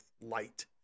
light